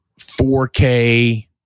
4K